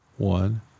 One